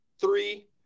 Three